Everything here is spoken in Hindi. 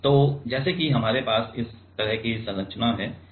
तो जैसे कि हमारे पास इस तरह की संरचना है